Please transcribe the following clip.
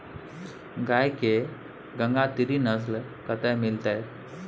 गाय के गंगातीरी नस्ल कतय मिलतै?